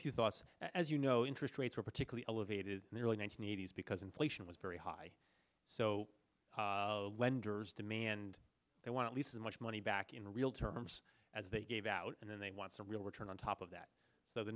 you thought as you know interest rates were particularly elevated nearly one hundred eighty s because inflation was very high so lenders demand they want least as much money back in real terms as they gave out and then they want some real return on top of that so the